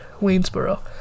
Waynesboro